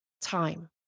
Time